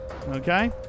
Okay